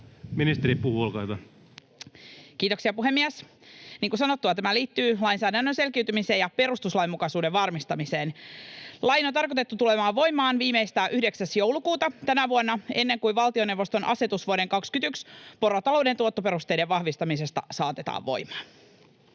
varmistamiseen. Kiitoksia, puhemies! Niin kuin sanottua, tämä liittyy lainsäädännön selkiytymiseen ja perustuslainmukaisuuden varmistamiseen. Lain on tarkoitettu tulemaan voimaan viimeistään 9. joulukuuta tänä vuonna ennen kuin valtioneuvoston asetus vuoden 21 porotalouden tuottoperusteiden vahvistamisesta saatetaan voimaan.